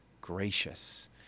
gracious